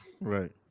right